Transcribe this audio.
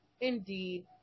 indeed